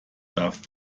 darf